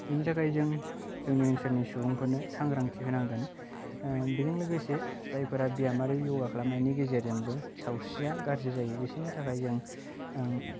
बेनि थाखाय जों जोंनि ओनसोलनि सुबुंफोरनो सांग्रांथि होनांगोन बेजों लोगोसे जायफोरा बियाम आरो यगा खालामनायनि गेजेरजोंबो सावस्रिया गाज्रि जायो बिसोरनि थाखाय जों